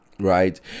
right